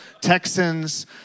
Texans